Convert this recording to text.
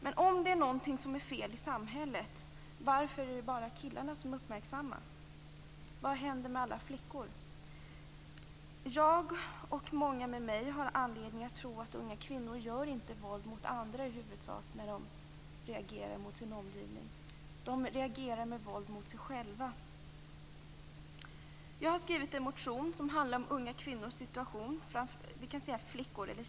Men om någonting är fel i samhället, varför är det bara killarna som uppmärksammas? Vad händer med alla flickor? Jag och många med mig har anledning att tro att unga kvinnor i huvudsak inte utövar våld mot andra när de reagerar mot sin omgivning. De reagerar med våld mot sig själva. Jag har skrivit en motion som handlar om unga flickors situation.